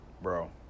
bro